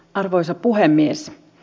arvoisa puhemies